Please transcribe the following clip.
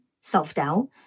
self-doubt